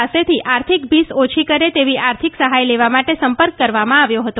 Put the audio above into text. ાસેથી આર્થિક ભીંસ ઓછી કરે તેવી આર્થિક સહાય લેવા માટે સં કં કરવામાં આવ્યો હતો